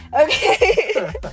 Okay